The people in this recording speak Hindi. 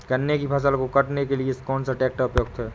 गन्ने की फसल को काटने के लिए कौन सा ट्रैक्टर उपयुक्त है?